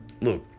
look